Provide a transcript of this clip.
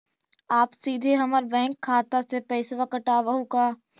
आप सीधे हमर बैंक खाता से पैसवा काटवहु का?